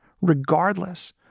regardless